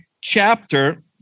chapter